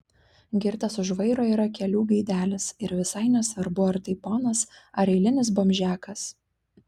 girtas už vairo yra kelių gaidelis ir visai nesvarbu ar tai ponas ar eilinis bomžiakas